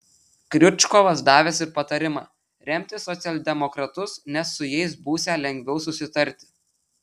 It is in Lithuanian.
kriučkovas davęs ir patarimą remti socialdemokratus nes su jais būsią lengviau susitarti